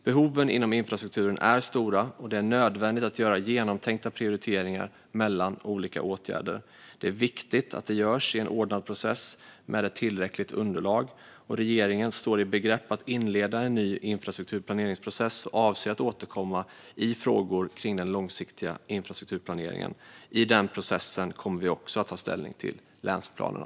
Behoven inom infrastrukturen är stora, och det är nödvändigt att göra genomtänkta prioriteringar mellan olika åtgärder. Det är viktigt att det görs i en ordnad process med ett tillräckligt underlag. Regeringen står i begrepp att inleda en ny infrastrukturplaneringsprocess och avser att återkomma i frågor kring den långsiktiga infrastrukturplaneringen. I den processen kommer vi också att ta ställning till länsplanerna.